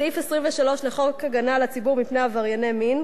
בסעיף 23 לחוק הגנה על הציבור מפני עברייני מין,